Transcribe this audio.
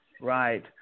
Right